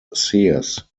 sears